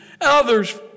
Others